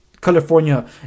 California